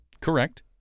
Correct